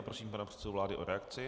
Prosím pana předsedu vlády o reakci.